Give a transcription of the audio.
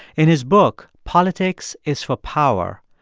in his book, politics is for power,